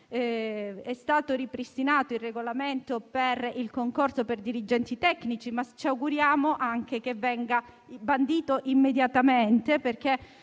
è stato ripristinato il regolamento per il concorso per dirigenti tecnici, ma ci auguriamo anche che venga bandito immediatamente,